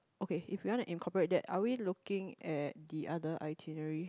okay if you want incorporate that are we looking at the other itinerary